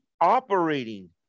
operating